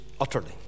utterly